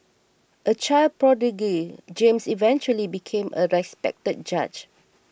a child prodigy James eventually became a respected judge